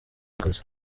akazi